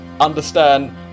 understand